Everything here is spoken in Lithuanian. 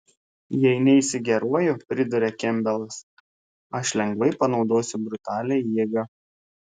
jei neisi geruoju priduria kempbelas aš lengvai panaudosiu brutalią jėgą